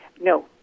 No